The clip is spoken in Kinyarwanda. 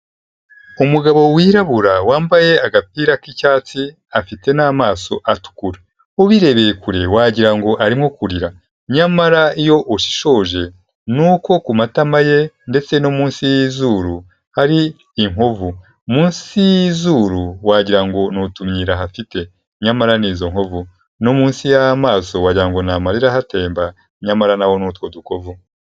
Umugabo wirabura wambaye agapira k'icyatsi afite n'amaso atukura, ubirebeye kure wagirango ngo arimo kurira, nyamara iyo ushishoje ni uko ku matama ye ndetse no munsi y'izuru hari inkovu, munsi y'izuru wagirango ni utumyira ahafite, nyamara ni izo nkovu, no munsi y'amaso wagira ngo ni marira ahatemba nyamara naho ni utwo dukovu.